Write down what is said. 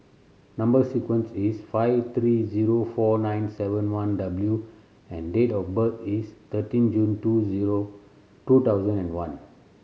number sequence is five three zero four nine seven one W and date of birth is thirteen June two zero two thousand and one